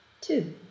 two